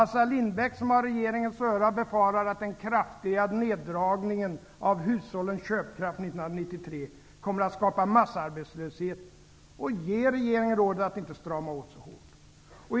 Assar Lindbeck, som har regeringens öra, befarar att den kraftiga neddragningen av hushållens köpkraft 1993 kommer att skapa massarbetslöshet, och han ger regeringen rådet att inte strama åt så hårt.